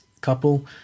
couple